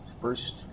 first